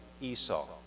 Esau